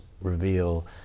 reveal